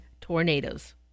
tornadoes